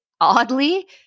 oddly